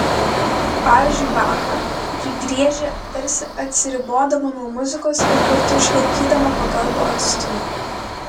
pavyzdžiui bachą ji griežia tarsi atsiribodama nuo muzikos ir kartu išlaikydama pagarbų atstumą